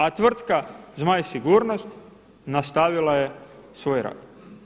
A tvrtka „Zmaj sigurnost“ nastavila je svoj rad.